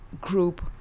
group